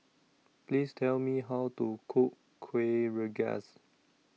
Please Tell Me How to Cook Kuih Rengas